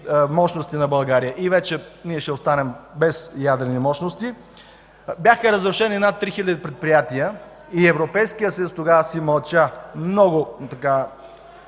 мощности на България и ние вече ще останем без ядрени мощности. Бяха разрушени над 3000 предприятия и Европейският съюз тогава си мълча, абсолютно